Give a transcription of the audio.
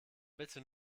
bitte